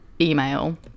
email